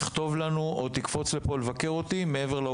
אז תכתוב לנו או שתקפוץ לבקר אותי פה.